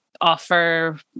offer